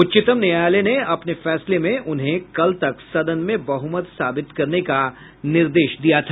उच्चतम न्यायालय ने अपने फैसले में उन्हें कल तक सदन में बहुमत साबित करने का निर्देश दिया था